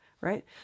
right